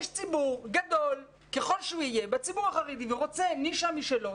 יש ציבור גדול ככל שיהיה בציבור החרדי שרוצה נישה משלו,